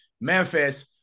Memphis